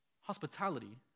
Hospitality